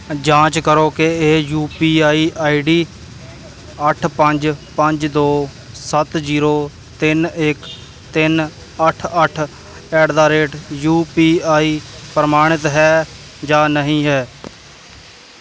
ਕੀ ਤੁਸੀਂ Glucon D ਤੁਰੰਤ ਊਰਜਾ ਸਿਹਤ ਡਰਿੰਕ ਅਤੇ Nivea men fresh active roll on ਮੇਰੇ ਸ਼ੋਪਿੰਗ ਕਾਰਟ ਤੋਂ ਹਟਾ ਸਕਦੇ ਹੋ ਇਸ ਦੇ ਨਾਲ ਨਾਲ ਹੀ ਕਿਰਪਾ ਕਰਕੇ ਤਿੰਨ ਪੈਕਸ